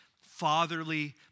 fatherly